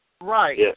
Right